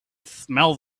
smells